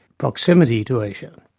proximity to asia,